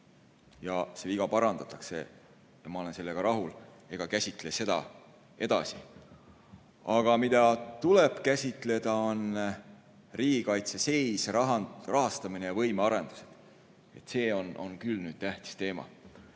ja see viga parandatakse. Ma olen sellega rahul ega käsitle seda edasi. Aga mida tuleb käsitleda, on riigikaitse seis, rahastamine ja võimearendused. See on küll tähtis teema.